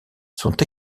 sont